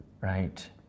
right